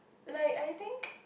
like I think